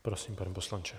Prosím, pane poslanče.